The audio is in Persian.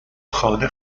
خانه